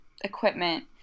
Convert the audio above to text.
equipment